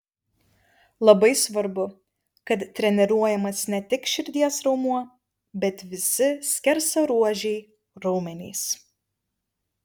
labai svarbu kad treniruojamas ne tik širdies raumuo bet visi skersaruožiai raumenys